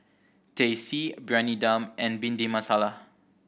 Teh C Briyani Dum and Bhindi Masala